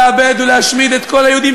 לאבד ולהשמיד את כל היהודים,